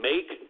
Make